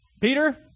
Peter